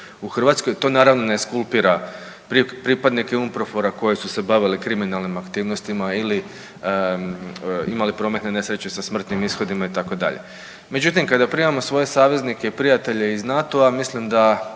u Hrvatskoj. To naravno ne skulpira pripadnike UNPROFOR-a koji su se bavili kriminalnim aktivnostima ili imali prometne nesreće sa smrtnim ishodima itd. Međutim kada primamo svoje saveznike i prijatelje iz NATO-a mislim da